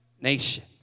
nation